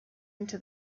into